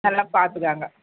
நல்லா பார்த்துக்கோங்க